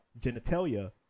genitalia